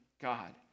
God